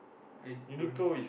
i don't